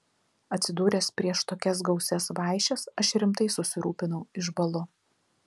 atsidūręs prieš tokias gausias vaišes aš rimtai susirūpinu išbąlu